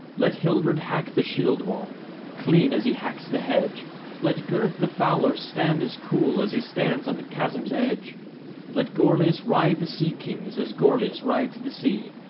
let hildred hack the shield-wall clean as he hacks the hedge let gurth the fowler stand as cool as he stands on the chasm's edge let gorlias ride the sea-kings as gorlias rides the sea,